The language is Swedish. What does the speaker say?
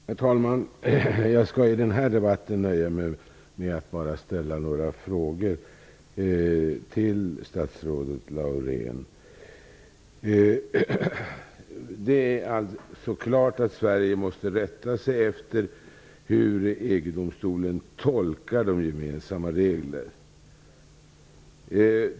Herr talman! Jag skall i den här debatten nöja mig med att ställa några frågor till statsrådet Laurén. Det är alltså klart att Sverige måste rätta sig efter hur EG-domstolen tolkar de gemensamma reglerna.